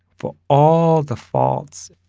for all the faults,